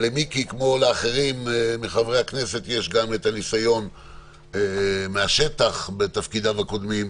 למיקי כמו לאחרים מחברי הכנסת יש ניסיון מהשטח מתפקידיו הקודמים,